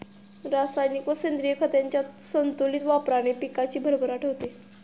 रासायनिक व सेंद्रिय खतांच्या संतुलित वापराने पिकाची भरभराट होते